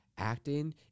acting